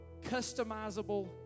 customizable